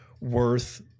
Worth